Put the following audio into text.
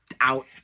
out